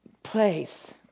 place